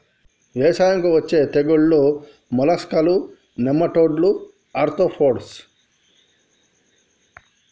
వ్యవసాయంకు అచ్చే తెగుల్లు మోలస్కులు, నెమటోడ్లు, ఆర్తోపోడ్స్